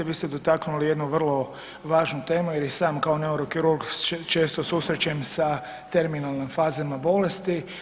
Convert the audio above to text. Vi ste dotaknuli jednu vrlo važnu temu jer i sam kao neurokirurg često se susrećem sa terminalnim fazama bolesti.